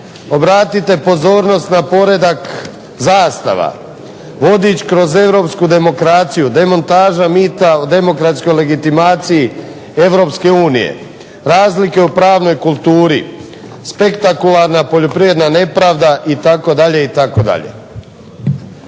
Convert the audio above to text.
obratite pozornost na poredak zastava. Vodič kroz europsku demokraciju, demontaža mita o demokratskoj legitimaciji EU. Razlike u pravnoj kulturi. Spektakularna poljoprivredna nepravda itd.,